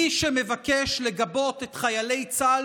מי שמבקש לגבות את חיילי צה"ל,